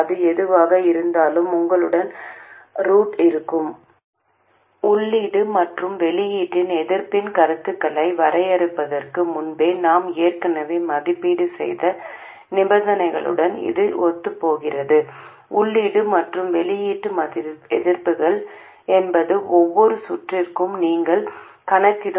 இப்போது இந்த நிபந்தனை சில சூழ்நிலைகளில் திருப்தி அடைந்தால் வடிகால் மூல மின்னழுத்தம் முழுவதும் இந்த சமிக்ஞை VDS ஆனது வெளியீட்டு மின்னழுத்தம் V0 ஐ விட கணிசமாக அதிகமாக இருக்க முடியும்